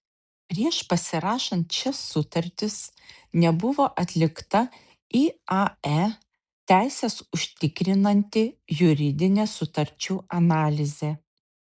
prieš pasirašant šias sutartis nebuvo atlikta iae teises užtikrinanti juridinė sutarčių analizė